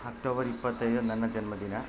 October ಇಪ್ಪತ್ತೈದು ನನ್ನ ಜನ್ಮದಿನ